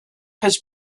has